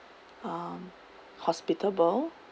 um hospitable